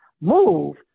move